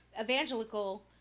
evangelical